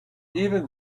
even